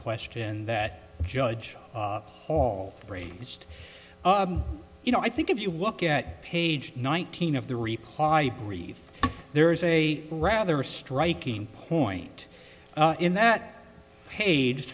question that judge hall brain just you know i think if you look at page nineteen of the reply brief there is a rather striking point in that pa